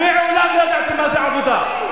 מעולם לא ידעתם מה זו עבודה.